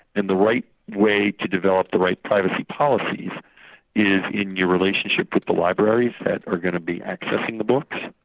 and the right way to develop the right privacy policies is in your relationship with the libraries that are going to be accessing the books,